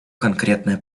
конкретное